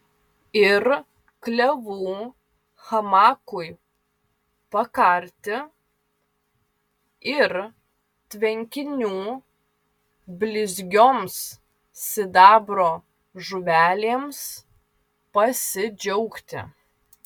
ir klevų hamakui pakarti ir tvenkinių blizgioms sidabro žuvelėms pasidžiaugti